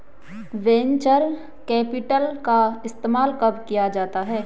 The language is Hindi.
वेन्चर कैपिटल का इस्तेमाल कब किया जाता है?